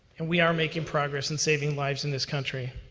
and we are making progress and saving lives in this country.